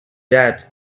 that